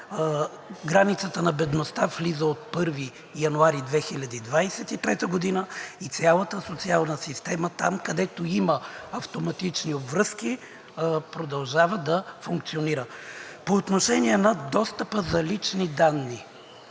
границата на бедността влиза от 1 януари 2023 г. и цялата социална система – там, където има автоматични обвръзки, продължава да функционира. По отношение на достъпа за лични данни.